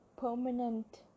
permanent